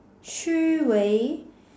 Shi Wei